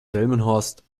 delmenhorst